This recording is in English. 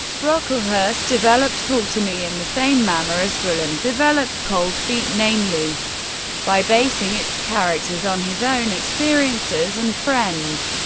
brocklehurst developed talk to me in the same manner as bullen developed cold feet, namely by basing its characters on his own experiences and friends.